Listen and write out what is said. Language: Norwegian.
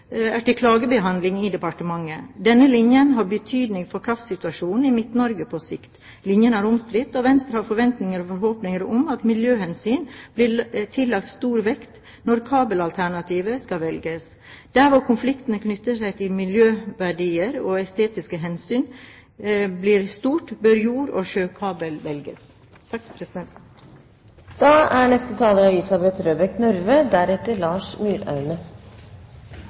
er til klagebehandling i departementet. Denne linje har betydning for kraftsituasjonen i Midt-Norge på sikt. Linjen er omstridd, og Venstre har forventninger og forhåpninger om at miljøhensyn blir tillagt stor vekt når kabelalternativ skal velges. Der hvor konfliktene knyttet til miljøverdier og estetiske hensyn blir store, bør jord- eller sjøkabel velges.